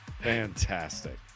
fantastic